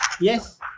yes